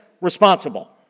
responsible